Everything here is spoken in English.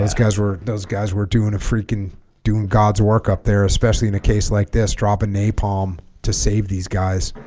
guys were those guys were doing a freaking doing god's work up there especially in a case like this drop a napalm to save these guys